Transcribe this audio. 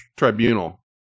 tribunal